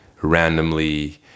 randomly